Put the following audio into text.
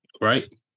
Right